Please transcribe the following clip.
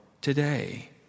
today